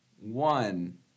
one